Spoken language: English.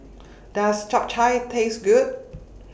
Does Japchae Taste Good